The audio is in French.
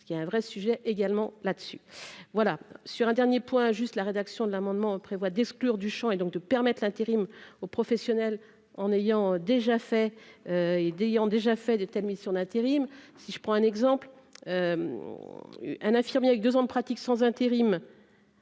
ce qui est un vrai sujet également là dessus, voilà sur un dernier point juste la rédaction de l'amendement prévoit d'exclure du Champ et donc de permettre l'intérim aux professionnels en ayant déjà fait et d'ayant déjà fait de telles missions d'intérim, si je prends un exemple : un infirmier avec 2 ans de pratique sans intérim.